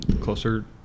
closer